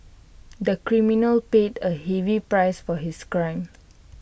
the criminal paid A heavy price for his crime